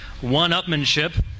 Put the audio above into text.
one-upmanship